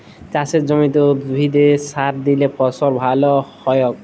চাসের জমিতে উদ্ভিদে সার দিলে ফসল ভাল হ্য়য়ক